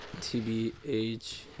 TBH